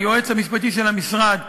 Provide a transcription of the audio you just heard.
היועץ המשפטי של המשרד,